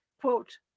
Quote